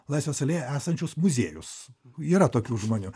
laisvės alėjoj esančius muziejus yra tokių žmonių